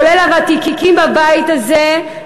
כולל הוותיקים בבית הזה,